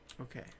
Okay